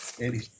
Andy